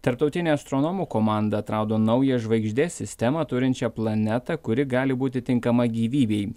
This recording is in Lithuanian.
tarptautinė astronomų komanda atrado naują žvaigždės sistemą turinčią planetą kuri gali būti tinkama gyvybei